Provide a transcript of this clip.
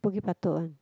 Bukit-Batok one